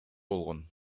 болгон